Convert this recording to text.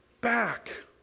Back